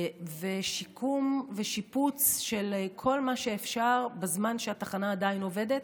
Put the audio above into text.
ושיקום ושיפוץ של כל מה שאפשר בזמן שהתחנה עדיין עובדת.